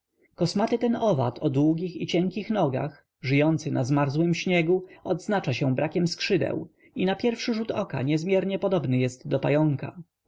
kosmaty ten owad o długich i cienkich nogach żyjący na zmarzłym śniegu odznacza się brakiem skrzydeł i na pierwszy rzut oka niezmiernie podobny jest do pająka